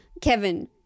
Kevin